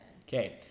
Okay